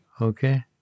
Okay